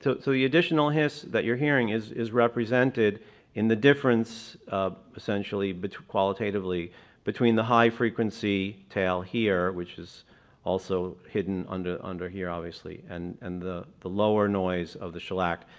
so so the additional hiss that you're hearing is is represented in the difference essentially but qualitatively between the high frequency til here, which is also hidden under under here obviously, and and the the lower noise of the shellac,